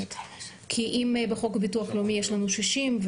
כי אם בחוק ביטוח לאומי יש לנו 60,